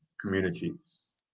communities